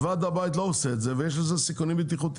ועד הבית לא עושה את זה כי יש בזה סיכונים בטיחותיים.